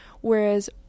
whereas